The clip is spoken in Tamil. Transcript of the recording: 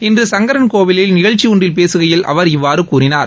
இன்று சங்கரன்கோவிலில் நிகழ்ச்சி ஒன்றில் பேசுகையில் அவர் இவ்வாறு கூறினார்